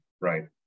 right